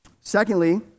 Secondly